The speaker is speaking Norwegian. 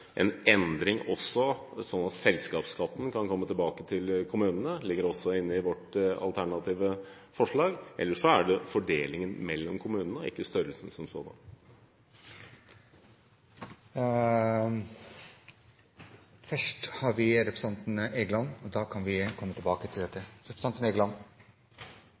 endring også, sånn at selskapsskatten kan komme tilbake til kommunene. Det ligger også inne i vårt alternative forslag. Det dreier seg om fordeling mellom kommunene og ikke størrelsen som sådan. Elvestuen snakket om kommunestruktur. Det er etter min mening to grunner til